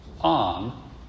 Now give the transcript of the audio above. on